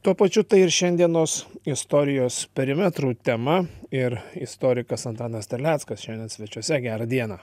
tuo pačiu tai ir šiandienos istorijos perimetrų tema ir istorikas antanas terleckas šiandien svečiuose gerą dieną